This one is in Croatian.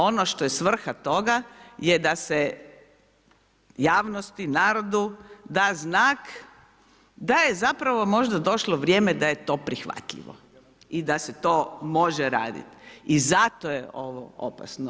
Ono što je svrha toga je da se javnosti, narodu da znak da je zapravo možda došlo vrijeme da je to prihvatljivo i da se to može raditi i zato je ovo opasno.